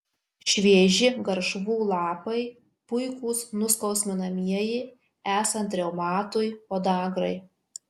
švieži garšvų lapai puikūs nuskausminamieji esant reumatui podagrai